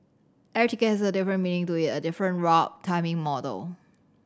every ticket has a different meaning to it a different route timing model